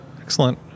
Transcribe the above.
Excellent